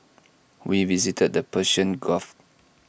we visited the Persian gulf